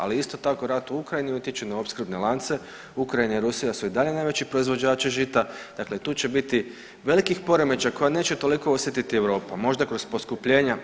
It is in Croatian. Ali isto tako i rat u Ukrajini utječe na opskrbne lance, Ukrajina i Rusija su i dalje najveći proizvođači žita, dakle tu će biti velikih poremećaja koja neće toliko osjetiti Europa, možda kroz poskupljenja.